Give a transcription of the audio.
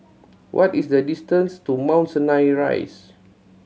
what is the distance to Mount Sinai Rise